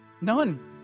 None